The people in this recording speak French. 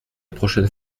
prochaine